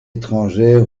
étrangère